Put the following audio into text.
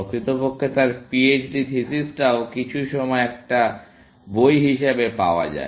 প্রকৃতপক্ষে তার পিএইচডি থিসিসটিও কিছু সময়ে একটি বই হিসাবে পাওয়া যায়